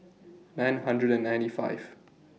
nine hundred and ninety five